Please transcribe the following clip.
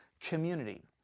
community